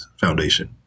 foundation